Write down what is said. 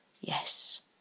Yes